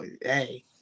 hey